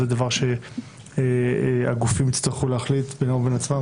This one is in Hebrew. זה דבר שהגופים יצטרכו להחליט בינם לבין עצמם,